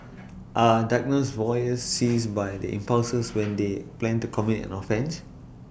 are diagnosed voyeurs seized by their impulses when they plan to commit an offence